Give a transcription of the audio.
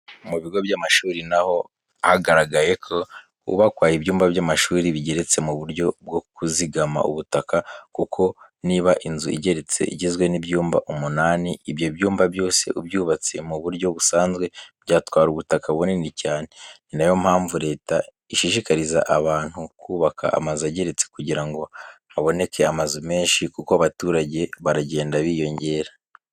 Mu bigo by'amashuri naho hagaragaye ko hubakwa ibyumba by'amashuri bigeretse mu buryo bwo kuzigama ubutaka, kuko niba inzu igeretse igizwe n'ibyumba umunani, ibyo byumba byose ubyubatse mu buryo busanzwe byatwara ubutaka bunini cyane. Ni nayo mpamvu Leta ishishikariza abantu kubaka amazu ageretse kugira ngo haboneke amazu menshi kuko abaturage baragenda biyongera.